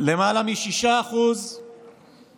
למעלה, מנהלת הסיעה של יש עתיד.